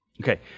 Okay